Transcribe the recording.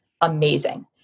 amazing